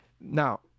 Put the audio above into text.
Now